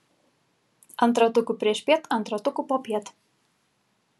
ant ratukų priešpiet ant ratukų popiet